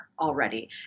already